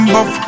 Buff